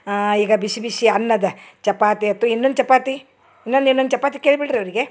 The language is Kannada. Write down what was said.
ಈಗ ಬಿಸಿ ಬಿಸಿ ಅನ್ನದ ಚಪಾತಿ ಅತು ಇನ್ನೊಂದು ಚಪಾತಿ ಇನ್ನೊಂದು ಇನ್ನೊಂದು ಚಪಾತಿ ಕೇಳ್ಬಿಡ್ರಿ ಅವಿರಗೆ